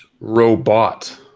Robot